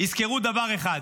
יזכרו דבר אחד: